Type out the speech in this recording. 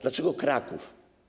Dlaczego Kraków?